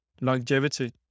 longevity